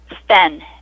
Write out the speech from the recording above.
Sven